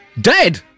Dead